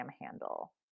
handle